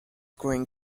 growing